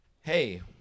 hey